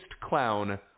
clown